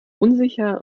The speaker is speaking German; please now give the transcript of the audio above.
unsicher